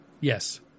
Yes